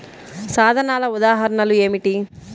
సాధనాల ఉదాహరణలు ఏమిటీ?